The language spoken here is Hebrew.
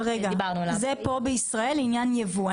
זה כאן בישראל לעניין יבוא.